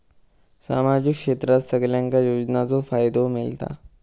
सामाजिक क्षेत्रात सगल्यांका योजनाचो फायदो मेलता?